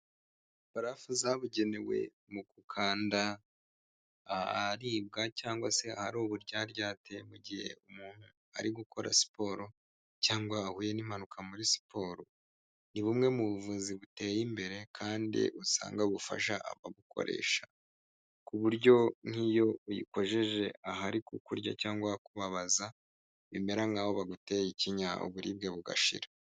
Barafu zabugenewe mu gukanda aharibwa cyangwa se ahari uburyaryate mu gihe umuntu ari gukora siporo, cyangwa ahuye n'impanuka muri siporo. Ni bumwe mu buvuzi buteye imbere kandi usanga bufasha ababukoresha, ku buryo nk'iyo uyikojeje ahari kukurya cyangwa ahakubabaza, bimera nkaho baguteye ikinya uburibwe bugashira.